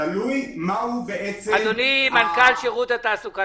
תלוי מהו --- אדוני מנכ"ל שירות התעסוקה,